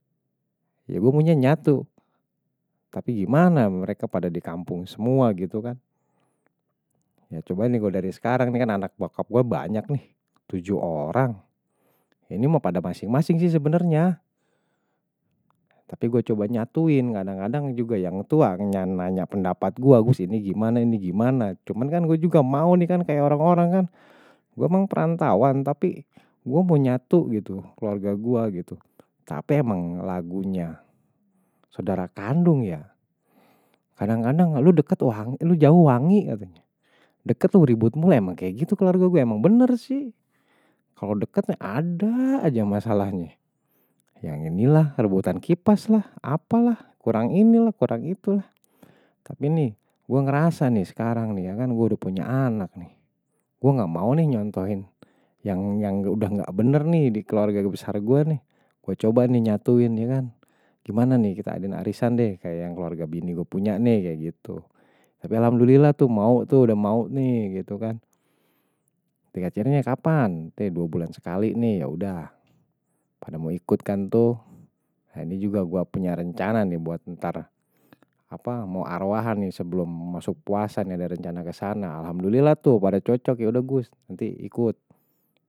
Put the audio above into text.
Ya, gue maunya nyatu. Tapi gimana mereka pada di kampung semua, gitu kan. Ya, coba nih, dari sekarang anak bokap gue banyak nih. Tujuh orang. Ini mau pada masing-masing sih sebenarnya. Tapi gue coba nyatuin. Kadang-kadang juga yang tua nanya-nanya pendapat gue. Ini gimana, ini gimana. Cuman kan, gue juga mau nih kayak orang-orang kan. Gue emang perantawan, tapi gue mau nyatu gitu, keluarga gue gitu. Tapi emang lagunya sodara kandung ya. Kadang-kadang, lu deket, lu jauh wangi. Deket tuh ributmu lah, emang kayak gitu keluarga gue. Emang bener sih. Kalau deket, ada aja masalahnya. Yang inilah, rebutan kipas lah. Apa lah, kurang inilah, kurang itulah. Tapi nih, gue ngerasa nih sekarang, ya kan. Gue udah punya anak nih. Gue gak mau nih nyontohin. Yang udah gak bener nih, di keluarga besar gue nih. Gue coba nih, nyatuin, ya kan. Gimana nih, kite adain arisan deh. Kayak yang keluarga bini gue punya nih, kayak gitu. Tapi alhamdulillah tuh, mau tuh udah mau nih, gitu kan. Deket-deketnya kapan nanti dua bulan sekali nih, ya udah. Pada mau ikutkan tuh. Ini juga gue punya rencana nih, buat ntar apa, mau arwahan nih, sebelum masuk puasa. Ada rencana kesana. Alhamdulillah tuh, pada cocok, ya udah gue. Nanti ikut.